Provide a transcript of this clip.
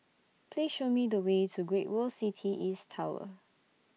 Please Show Me The Way to Great World City East Tower